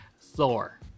Thor